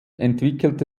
entwickelte